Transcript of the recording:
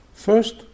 First